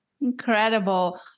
Incredible